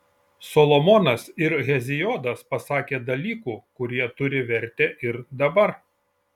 solomonas ir heziodas pasakė dalykų kurie turi vertę ir dabar